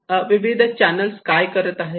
वेगळे विविध चैनल काय आहेत